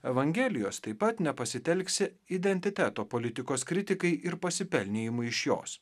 evangelijos taip pat nepasitelksi identiteto politikos kritikai ir pasipelnymui iš jos